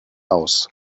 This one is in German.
aus